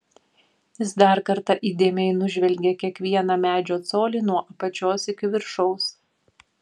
jis dar kartą įdėmiai nužvelgė kiekvieną medžio colį nuo apačios iki viršaus